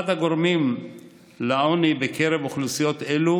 אחד הגורמים לעוני בקרב אוכלוסיות אלה